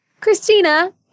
Christina